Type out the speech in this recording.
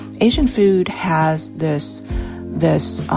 asian food has this this